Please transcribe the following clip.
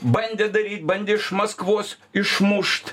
bandė daryt bandė iš maskvos išmušt